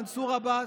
מנסור עבאס,